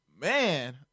Man